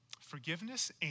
Forgiveness